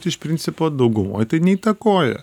iš principo daugumoj tai neįtakoja